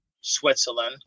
Switzerland